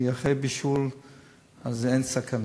כי אחרי בישול אין סכנה.